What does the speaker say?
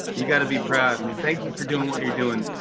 you got to be proud, and thank you for doing what you're doing.